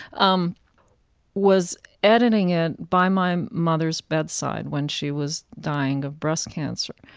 um was editing it by my mother's bedside when she was dying of breast cancer.